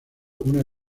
una